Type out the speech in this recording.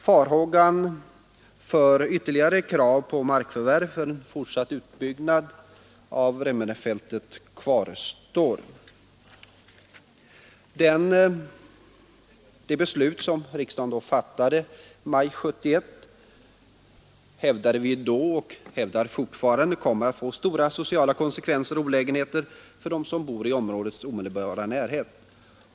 Farhågan för ytterligare krav på markförvärv för en fortsatt utbyggnad av Remmenefältet kvarstår alltjämt. Det beslut som riksdagen fattade i maj 1971 kommer, hävdade vi då och hävdar vi fortfarande, att innebära stora sociala konsekvenser och olägenheter för dem som bor i områdets omedelbara närhet.